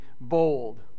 bold